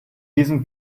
diesem